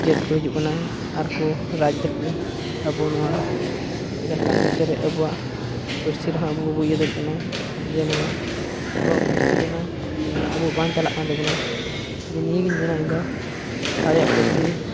ᱡᱟᱹᱛ ᱠᱚ ᱦᱤᱡᱩᱜ ᱠᱟᱱᱟ ᱟᱨ ᱠᱚ ᱨᱟᱡᱽᱫᱟ ᱟᱵᱚ ᱱᱚᱣᱟ ᱡᱷᱟᱲᱠᱷᱚᱸᱰ ᱫᱤᱥᱚᱢ ᱨᱮ ᱟᱵᱚᱣᱟᱜ ᱯᱟᱹᱨᱥᱤ ᱨᱮᱦᱚᱸ ᱟᱵᱚ ᱵᱚᱱ ᱤᱭᱟᱹ ᱫᱟᱲᱮᱭᱟᱜ ᱠᱟᱱᱟ ᱡᱮ ᱱᱚᱣᱟ ᱟᱵᱚᱣᱟᱜ ᱯᱟᱹᱨᱥᱤ ᱠᱟᱱᱟ ᱡᱮᱢᱚᱱ ᱵᱟᱝ ᱪᱟᱞᱟᱜ ᱠᱟᱱ ᱛᱟᱵᱚᱱᱟ ᱡᱮ ᱱᱤᱭᱟᱹ ᱜᱮ ᱤᱧᱫᱚᱧ ᱢᱮᱱᱫᱟ ᱟᱞᱮᱭᱟᱜ ᱯᱟᱹᱨᱥᱤ